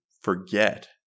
forget